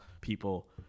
people